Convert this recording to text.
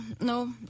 no